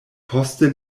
poste